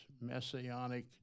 messianic